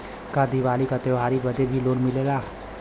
का दिवाली का त्योहारी बदे भी लोन मिलेला?